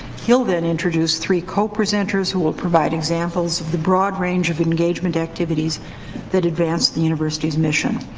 he'll then introduce three co-presenters who will provide examples of the broad range of engagement activities that advance the university's mission.